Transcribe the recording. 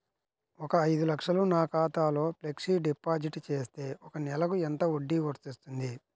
ఒక ఐదు లక్షలు నా ఖాతాలో ఫ్లెక్సీ డిపాజిట్ చేస్తే ఒక నెలకి ఎంత వడ్డీ వర్తిస్తుంది?